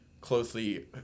closely